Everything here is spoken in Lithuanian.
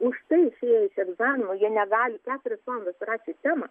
už tai išėję iš egzamino jie negali keturias valandas rašę temą